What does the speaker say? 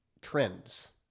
trends